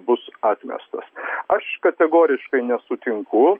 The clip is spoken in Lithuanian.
bus atmestas aš kategoriškai nesutinku